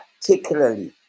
particularly